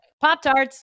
Pop-Tarts